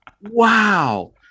Wow